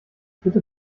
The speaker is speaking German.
bitte